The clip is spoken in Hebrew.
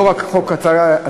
לא רק חוק הבנקאות,